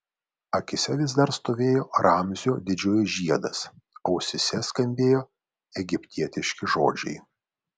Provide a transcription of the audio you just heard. akyse vis dar stovėjo ramzio didžiojo žiedas ausyse skambėjo egiptietiški žodžiai